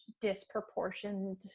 disproportioned